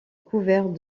couvert